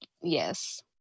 yes